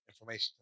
information